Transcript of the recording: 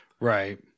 Right